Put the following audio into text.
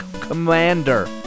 commander